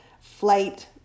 flight